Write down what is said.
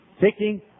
taking